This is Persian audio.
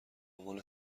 عنوان